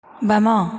ବାମ